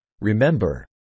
Remember